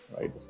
right